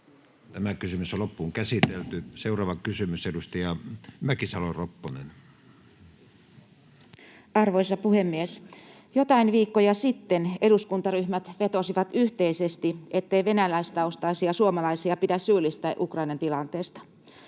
Mäkisalo-Ropponen sd) Time: 16:48 Content: Arvoisa puhemies! Joitain viikkoja sitten eduskuntaryhmät vetosivat yhteisesti, ettei venäläistaustaisia suomalaisia pidä syyllistää Ukrainan tilanteesta.